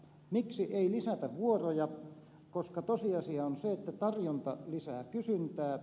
miksi ei lisätä vuoroja koska tosiasia on se että tarjonta lisää kysyntää